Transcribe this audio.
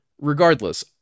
Regardless